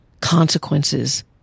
consequences